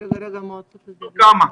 תראו כמה.